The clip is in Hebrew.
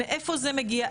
מאיפה זה מגיע,